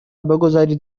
بگذارید